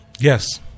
Yes